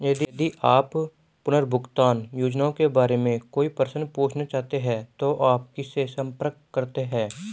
यदि आप पुनर्भुगतान योजनाओं के बारे में कोई प्रश्न पूछना चाहते हैं तो आप किससे संपर्क करते हैं?